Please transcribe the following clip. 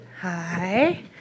Hi